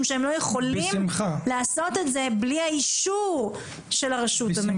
שהם לא יכולים לעשות את זה בלי האישור של הרשות המקומית.